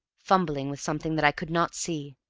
fumbling with something that i could not see.